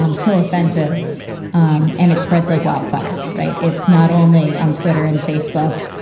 um so offensive um and it spreads like wildfire. right. it's not only on twitter and facebook.